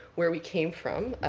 where we came from.